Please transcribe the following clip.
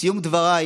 לסיום דבריי